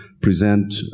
present